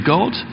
God